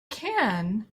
can